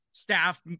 staff